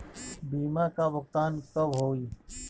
बीमा का भुगतान कब होइ?